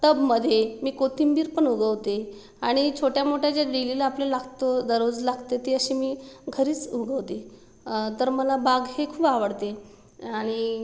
टबमध्ये मी कोथिंबीर पण उगवते आणि छोट्या मोठ्या ज्या डेलीला आपल्याला लागतो दररोज लागते ते असे मी घरीच उगवते तर मला बाग हे खूप आवडते आणि